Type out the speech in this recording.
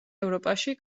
ევროპაში